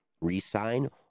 Resign